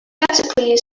aesthetically